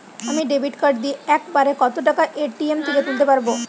আমি debit card দিয়ে এক বারে কত টাকা এ.টি.এম থেকে তুলতে পারবো?